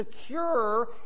secure